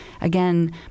again